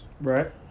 Right